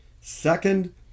Second